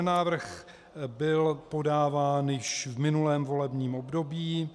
Návrh byl podáván již v minulém volebním období.